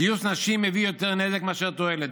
גיוס נשים מביא יותר נזק מאשר תועלת,